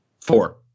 Four